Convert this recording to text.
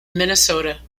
minnesota